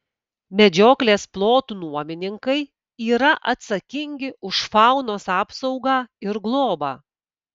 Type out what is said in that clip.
medžioklės plotų nuomininkai yra atsakingi už faunos apsaugą ir globą